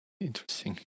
interesting